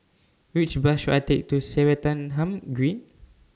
Which Bus should I Take to Swettenham Green